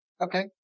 Okay